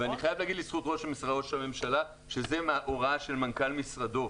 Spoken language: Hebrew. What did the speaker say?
אני חייב להגיד לזכות משרד ראש הממשלה שזה הוראה של מנכ"ל משרדו.